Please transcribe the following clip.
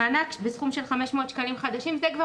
(1) מענק בסכום של 500 שקלים חדשים..." זה כבר